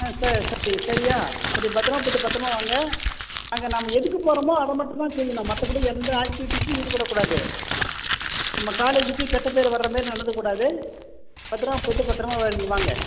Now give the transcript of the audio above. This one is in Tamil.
ம் சரி சரி சரியா சரி பத்தரமாக போயிவிட்டு பத்தரமாக வாங்க அங்கே நம்ம எதுக்கு போகறமோ அதை மட்டும் தான் செய்யணும் மற்றபடி எந்த ஆக்ட்டிவிட்டிஸ்லையும் ஈடுபடக்கூடாது நம்ம காலேஜிக்கு கெட்ட பேர் வர மாரி நடந்துக்கக்கூடாது பத்தரமாக போயிவிட்டு பத்தரமாக வர் வாங்க